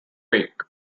wake